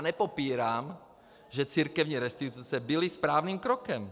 Nepopírám, že církevní restituce byly správným krokem.